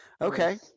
Okay